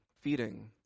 feeding